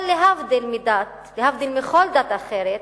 אבל להבדיל מדת, להבדיל מכל דת אחרת,